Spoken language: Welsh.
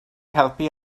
helpu